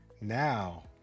Now